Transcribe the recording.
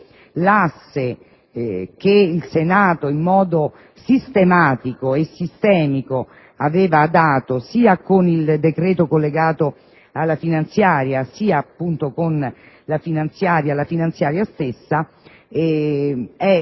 linea che il Senato, in modo sistematico e sistemico, aveva indicato sia con il decreto collegato alla finanziaria sia appunto con la finanziaria stessa, è stata